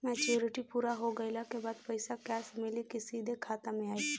Maturity पूरा हो गइला के बाद पईसा कैश मिली की सीधे खाता में आई?